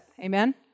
Amen